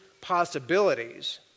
possibilities